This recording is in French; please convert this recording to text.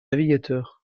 navigateur